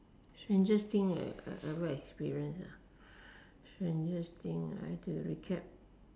strangest thing I have ever experience strangest thing I have to recap